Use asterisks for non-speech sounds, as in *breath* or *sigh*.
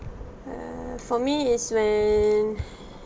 err for me it's when *breath*